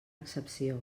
excepció